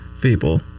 people